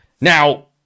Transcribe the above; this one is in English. Now